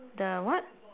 the what